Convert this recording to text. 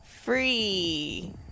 free